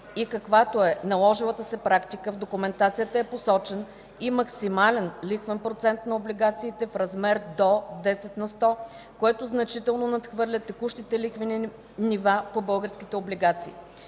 и каквато е наложилата се практика, в документацията е посочен и максимален лихвен процент на облигациите в размер до 10 на сто, което значително надхвърля текущите лихвени нива по българските облигации.